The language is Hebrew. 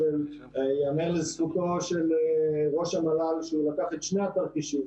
ייאמר לזכותו של ראש המל"ל שהוא לקח את שני התרחישים,